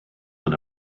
than